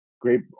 great